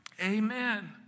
Amen